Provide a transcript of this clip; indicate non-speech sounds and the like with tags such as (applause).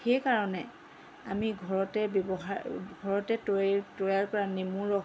সেইকাৰণে আমি ঘৰতেই ব্যৱহাৰ ঘৰতে (unintelligible) তৈয়াৰ কৰা নেমু ৰস